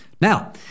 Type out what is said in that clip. Now